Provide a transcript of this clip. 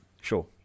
Sure